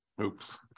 oops